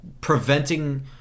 preventing